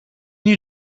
you